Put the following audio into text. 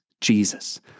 Jesus